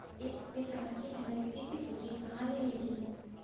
ए साल के एम.एस.पी के सूची कहाँ ले मिलही?